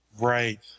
Right